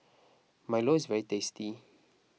Milo is very tasty